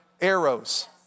arrows